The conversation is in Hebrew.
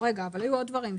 רגע, אבל היו עוד דברים.